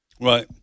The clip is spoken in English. Right